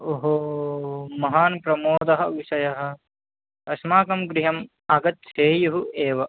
ओहो महान् प्रमोदविषयः अस्माकं गृहम् आगच्छेयुः एव